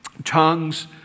Tongues